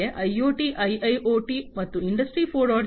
ಆದರೆ IoT IIoT ಮತ್ತು industry 4